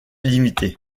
limité